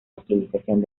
utilización